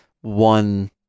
one